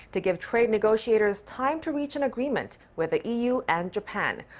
to give trade negotiators time to reach an agreement with the eu and japan.